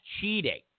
cheating